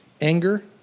anger